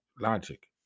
logic